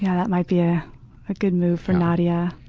yeah that might be a ah good move for nadia.